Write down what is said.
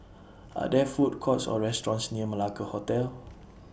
Are There Food Courts Or restaurants near Malacca Hotel